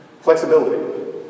Flexibility